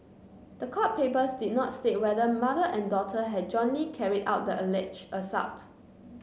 the court papers did not state whether mother and daughter had jointly carried out the alleged assault